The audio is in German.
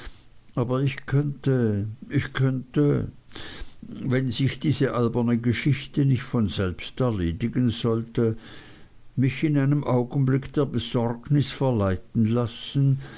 aber ich könnte ich könnte wenn sich diese alberne geschichte nicht von selbst erledigen sollte mich in einem augenblick der besorgnis verleiten lassen